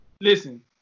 Listen